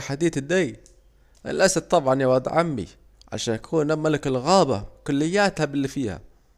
على الحديد ديه، الأسد طبعا يا واد عمي، عشان اكون ملك الغابة كلاتها بالي فيها